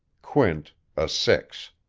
quint a six.